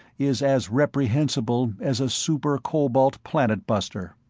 is as reprehensible as a super-cobalt planetbuster.